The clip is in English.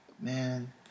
Man